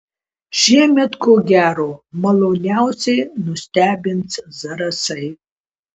šiemet ko gero maloniausiai nustebins zarasai